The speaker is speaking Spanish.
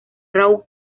raw